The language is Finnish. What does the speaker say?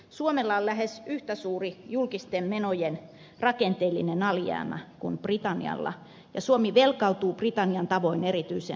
suomella on lähes yhtä suuri julkisten menojen rakenteellinen alijäämä kuin britannialla ja suomi velkaantuu britannian tavoin erityisen nopeasti